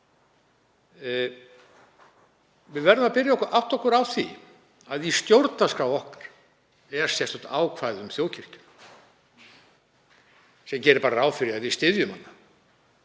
Við verðum að byrja að átta okkur á því að í stjórnarskrá okkar er sérstakt ákvæði um þjóðkirkju sem gerir ráð fyrir að við styðjum hana.